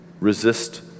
Resist